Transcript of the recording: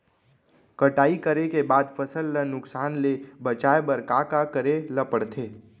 कटाई करे के बाद फसल ल नुकसान ले बचाये बर का का करे ल पड़थे?